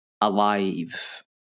alive